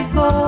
go